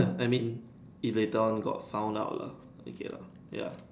I mean it later on got found out lah okay lah ya